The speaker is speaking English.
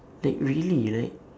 like really right